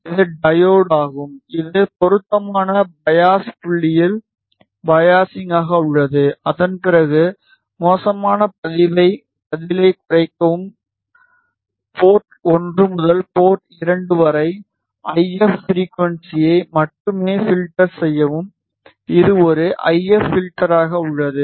இது டையோடு ஆகும் இது பொருத்தமான பையாஸ் புள்ளியில் பையாஸிங் காக உள்ளது அதன்பிறகு மோசமான பதிலைக் குறைக்கவும் போர்ட் 1 முதல் போர்ட் 2 வரை ஐ எப் ஃப்ரிகுவன்ஸியை மட்டுமே பில்டர் செய்யவும் இது ஒரு ஐஎஃப் பில்டராக உள்ளது